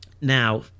Now